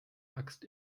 axt